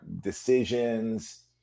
decisions